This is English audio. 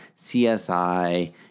CSI